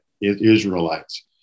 Israelites